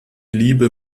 liebe